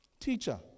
Teacher